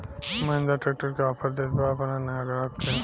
Mahindra tractor का offer देत बा अपना नया ग्राहक के?